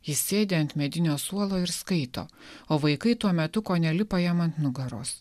jis sėdi ant medinio suolo ir skaito o vaikai tuo metu kone lipa jam ant nugaros